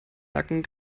nacken